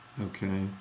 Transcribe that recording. Okay